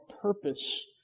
purpose